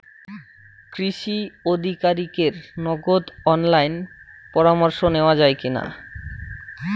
কৃষি আধিকারিকের নগদ অনলাইন পরামর্শ নেওয়া যায় কি না?